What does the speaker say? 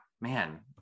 man